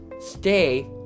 Stay